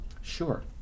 Sure